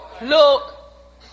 look